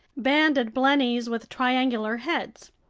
banded blennies with triangular heads,